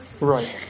Right